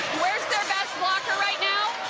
where's their best blocker right now